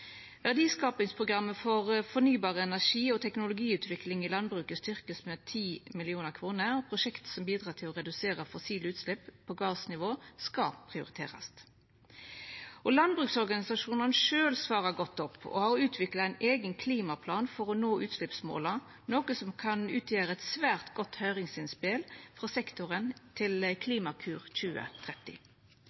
landbruket vert styrkt med 10 mill. kr. Prosjekt som bidreg til å redusera fossile utslepp på gardsnivå, skal prioriterast. Landbruksorganisasjonane sjølve svarar godt opp og har utvikla ein eigen klimaplan for å nå utsleppsmåla, noko som kan utgjera eit svært godt høyringsinnspel frå sektoren til Klimakur 2030.